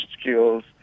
skills